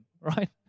right